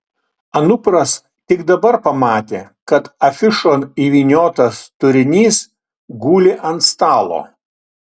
anupras tik dabar pamatė kad afišon įvyniotas turinys guli ant stalo